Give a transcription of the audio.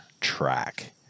track